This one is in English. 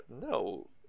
no